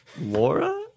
Laura